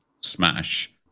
smash